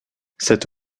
cette